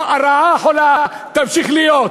הרעה החולה תמשיך להיות.